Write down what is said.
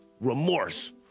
remorse